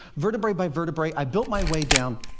vertebrae by vertebrae, i built my way down.